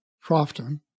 Crofton